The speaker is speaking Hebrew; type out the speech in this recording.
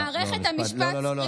מערכת המשפט, לא, משפט.